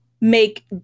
make